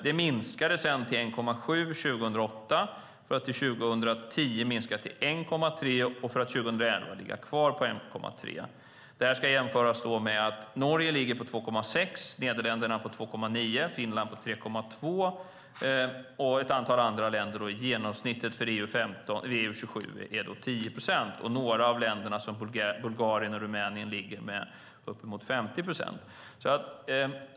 Den minskade sedan till 1,7 för 2008 för att till 2010 minska till 1,3 och sedan 2011 ligga kvar på 1,3. Det här ska då jämföras med att Norge ligger på 2,6, Nederländerna på 2,9, Finland på 3,2. Genomsnittet för EU-27 är då 10 procent. Några av länderna, till exempel Bulgarien och Rumänien, ligger uppemot 50 procent.